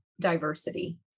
diversity